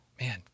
Man